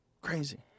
Crazy